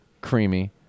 creamy